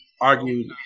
argued